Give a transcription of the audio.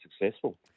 successful